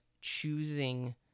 choosing